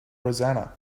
rosanna